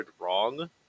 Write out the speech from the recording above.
wrong